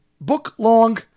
book-long